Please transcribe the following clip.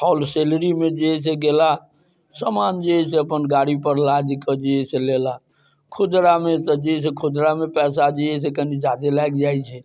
होल सेलरीमे जे हइ से गेला समान जे हइ से अपन गाड़ीपर लादिकऽ जे हइ से लेला खुदरामे तऽ जे हइ से खुदरामे पइसा जे हइ से कनि ज्यादे लागि जाइ छै